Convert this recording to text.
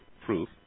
Proof